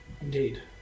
Indeed